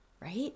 right